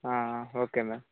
okay ma'am